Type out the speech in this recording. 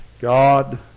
God